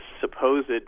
supposed